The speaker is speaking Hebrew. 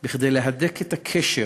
כדי להדק את הקשר